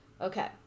Okay